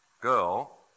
girl